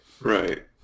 Right